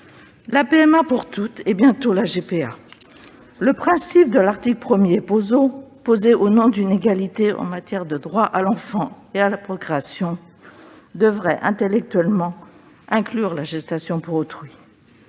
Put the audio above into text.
il y aura bientôt la GPA. Le principe posé par l'article 1 au nom d'une égalité en matière de droit à l'enfant et à la procréation devrait intellectuellement inclure la gestation pour autrui.